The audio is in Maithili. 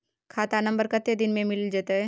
खाता नंबर कत्ते दिन मे मिल जेतै?